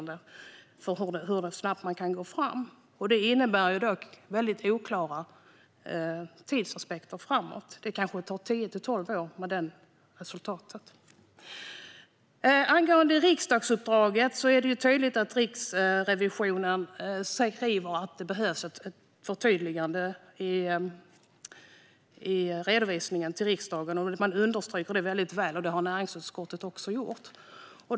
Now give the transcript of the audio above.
Det innebär då väldigt oklara tidsaspekter framåt. Det kanske tar 10-12 år. Angående riksdagsuppdraget är det tydligt att Riksrevisionen skriver att det behövs ett förtydligande i redovisningen till riksdagen. Man understryker det väldigt väl. Det har näringsutskottet också gjort.